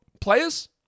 players